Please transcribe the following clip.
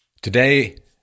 Today